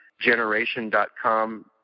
generation.com